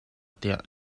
tiah